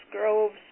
Groves